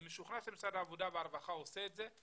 אני משוכנע שמשרד העבודה והרווחה עושה את זה,